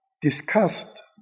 discussed